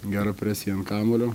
gera presija ant kamuolio